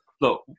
look